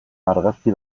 argazki